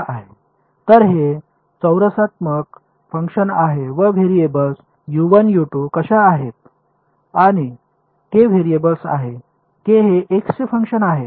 तर हे चौरसात्मक फंक्शन आहे व व्हेरिएबल्स कशा आहेत आणि के व्हेरिएबल आहे के हे एक्स चे फंक्शन आहे